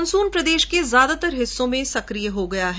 monsoon प्रदेश के ज्यादातर हिस्सों में सक्रिय हो गया है